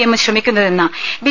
എമ്മും ശ്രമിക്കുന്നതെന്ന് ബി